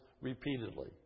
Repeatedly